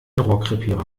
rohrkrepierer